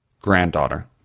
granddaughter